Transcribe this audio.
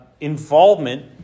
involvement